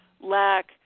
lack